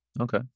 okay